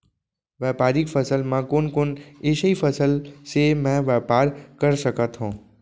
व्यापारिक फसल म कोन कोन एसई फसल से मैं व्यापार कर सकत हो?